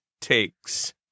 takes